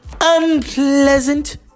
Unpleasant